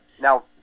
Now